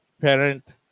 parent